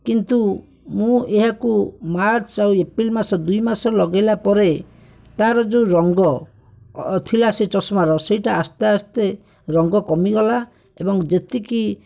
କିନ୍ତୁ ମୁଁ ଏହାକୁ ମାର୍ଚ୍ଚ୍ ଆଉ ଏପ୍ରିଲ୍ ମାସ ଦୁଇ ମାସ ଲଗାଇଲା ପରେ ତା'ର ଯେଉଁ ରଙ୍ଗ ଥିଲା ସେହି ଚଷମାର ସେଇଟା ଆସ୍ତେ ଆସ୍ତେ ରଙ୍ଗ କମିଗଲା ଏବଂ ଯେତିକି